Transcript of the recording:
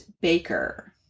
Baker